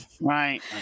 Right